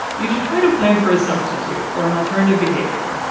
you should try to plan for a substitute or an alternative behavior.